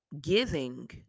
giving